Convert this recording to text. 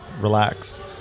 relax